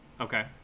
okay